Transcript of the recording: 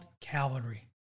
cavalry